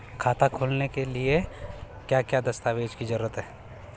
खाता खोलने के लिए क्या क्या दस्तावेज़ की जरूरत है?